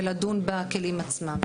ולדון בכלים עצמם.